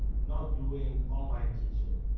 not doing online teaching.